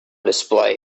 display